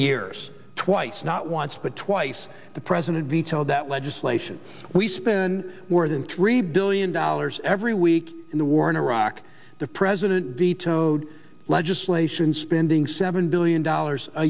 years twice not once but twice the president veto that legislation we spend more than three billion dollars every week in the war in iraq the president vetoed legislation spending seven billion dollars a